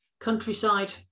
Countryside